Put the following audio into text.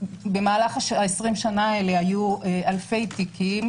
במהלך ה-20 שנה האלה היו אלפי תיקים.